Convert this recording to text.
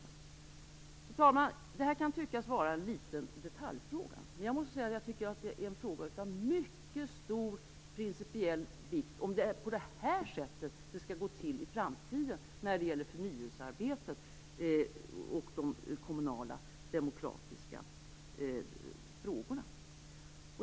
Fru talman! Detta kan tyckas vara en liten detaljfråga. Men jag måste säga att jag tycker att det är en fråga av mycket stor principiell vikt om det är på detta sätt som det skall gå till i framtiden när det gäller förnyelsearbetet och de kommunala demokratiska frågorna.